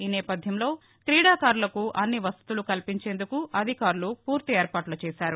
ఈ నేపథ్యంలో క్రీడాకారులకు అన్ని వసతులు కల్పించేందుకు అధికారులు పూర్తి ఏర్పాట్లు చేశారు